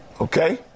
Okay